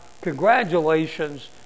Congratulations